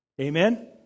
Amen